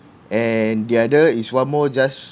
and the other is one more just